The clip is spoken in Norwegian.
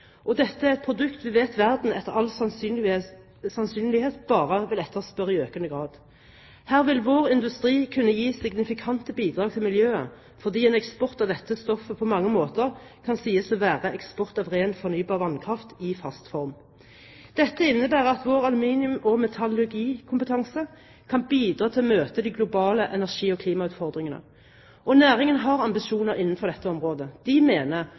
produsere. Dette er et produkt vi vet verden etter all sannsynlighet bare vil etterspørre i økende grad. Her vil vår industri kunne gi signifikante bidrag til miljøet fordi en eksport av dette stoffet på mange måter kan sies å være eksport av ren fornybar vannkraft i fast form. Dette innebærer at vår aluminium- og metallurgikompetanse kan bidra til å møte de globale energi- og klimautfordringene, og næringen har ambisjoner innenfor dette området. Næringen mener